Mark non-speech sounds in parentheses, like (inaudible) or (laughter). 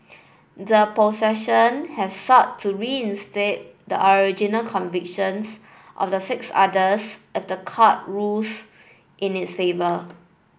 the (unintelligible) has sought to reinstate they the original convictions of the six others if the court rules in its favour